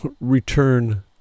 return